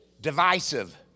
Divisive